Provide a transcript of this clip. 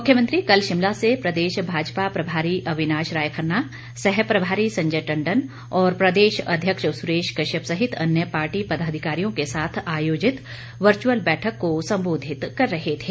मुख्यमंत्री कल शिमला से प्रदेश भाजपा प्रभारी अविनाश राय खन्ना सह प्रभारी संजय टंडन और प्रदेश अध्यक्ष सुरेश कश्यप सहित अन्य पार्टी पदाधिकारियों के साथ आयोजित वर्चअल बैठक को संबोधित कर रहे थे